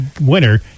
winner